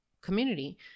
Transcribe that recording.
community